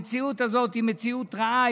המציאות הזאת היא מציאות רעה,